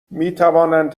میتوانند